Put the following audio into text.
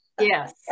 Yes